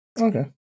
Okay